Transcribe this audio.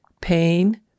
pain